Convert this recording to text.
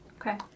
Okay